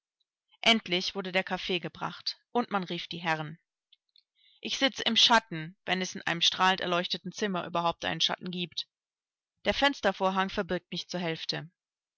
endlich wurde der kaffee gebracht und man rief die herren ich sitze im schatten wenn es in einem strahlend erleuchteten zimmer überhaupt einen schatten giebt der fenstervorhang verbirgt mich zur hälfte